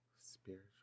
Spiritual